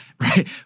Right